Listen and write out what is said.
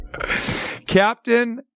Captain